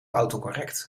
autocorrect